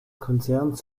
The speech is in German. konzerns